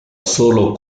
sola